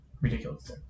ridiculous